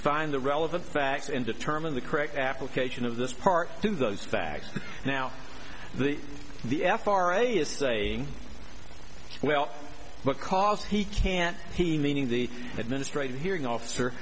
find the relevant facts in determine the correct application of this part to those facts now the the f r a is saying well because he can't he meaning the administrative hearing officer